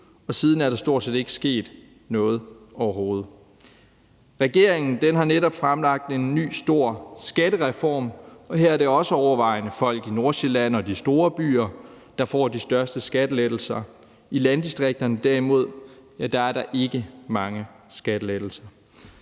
og siden er der stort set ikke sket noget, overhovedet. Regeringen har netop fremlagt en ny stor skattereform, og her er det også overvejende folk i Nordsjælland og de store byer, der får de største skattelettelser. I landdistrikterne derimod er der ikke mange skattelettelser.